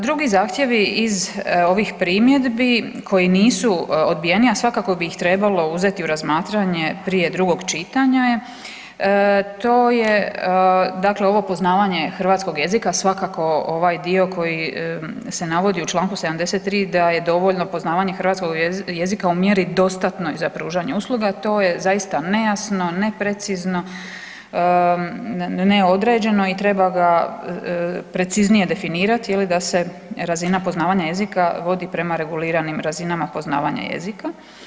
Drugi zahtjevi iz ovih primjedbi koji nisu odbijeni, a svakako bi ih trebalo uzeti u razmatranje prije drugog čitanja, to je ovo poznavanje hrvatskog jezika svakako ovaj dio koji se navodi u čl. 73. da je dovoljno poznavanje hrvatskog jezika u mjeri dostatnoj za pružanje usluga, to je zaista nejasno, neprecizno, neodređeno i treba ga preciznije definirati da se razina poznavanja jezika vodi prema reguliranim razinama poznavanja jezika.